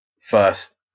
first